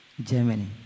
Germany